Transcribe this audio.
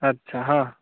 अच्छा हाँ